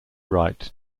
write